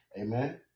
Amen